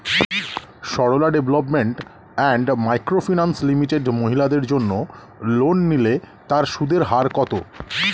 Sarala development and micro finance limited মহিলাদের জন্য loan নিলে তার সুদের হার কত?